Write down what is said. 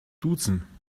duzen